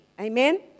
Amen